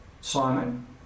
Simon